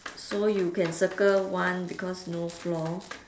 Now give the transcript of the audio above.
so you can circle one because no floor